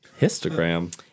histogram